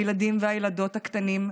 הילדים והילדות הקטנים,